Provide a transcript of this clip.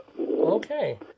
Okay